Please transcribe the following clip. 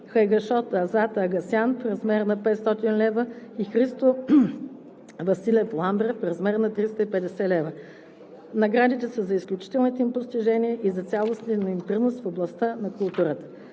Хайгашод Азад Агасян – в размер 500 лв. 65. Христо Василев Ламбрев – в размер 350 лв. Наградите са за изключителните им постижения и за цялостния им принос в областта на културата.